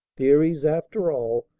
theories, after all,